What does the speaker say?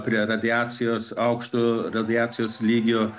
prie radiacijos aukšto radiacijos lygio